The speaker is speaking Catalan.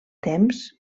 temps